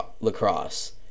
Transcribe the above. lacrosse